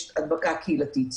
את מכירה מתפקידך הקודם.